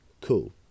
cool